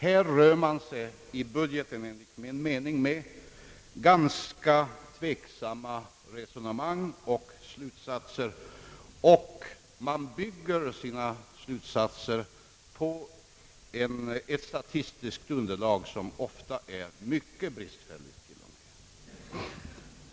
Härvidlag rör man sig i budgeten enligt min mening med ganska tveksamma resonemang och slutsatser, och man bygger sina slutsatser på ett statistiskt underlag som ofta är mycket bristfälligt till och med.